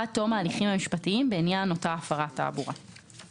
עד תום ההליכים המשפטיים בעניין אותה הפרת תעבורה,";